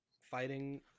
fighting